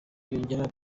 yongeyeho